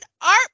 art